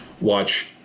watch